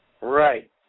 Right